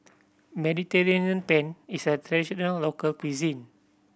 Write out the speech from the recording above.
Mediterranean Penne is a traditional local cuisine